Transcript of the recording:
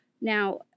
Now